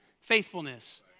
faithfulness